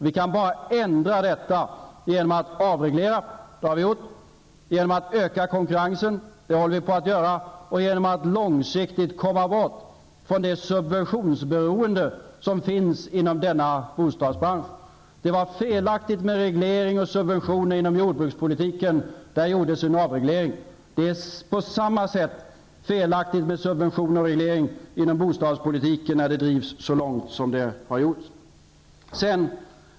Vi kan ändra detta bara genom att avreglera, vilket vi har gjort, genom att öka konkurrensen -- det håller vi på att göra -- och genom att långsiktigt komma bort från det subventionsberoende som finns inom bostadsbranchen. Det var felaktigt med regleringar och subventioner inom jordbrukspolitiken. Där gjordes en avreglering. Det är på samma sätt felaktigt med subventioner och regleringar inom bostadspolitiken när det drivs så långt som det har gjort.